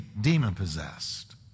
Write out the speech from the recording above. demon-possessed